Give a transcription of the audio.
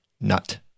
nut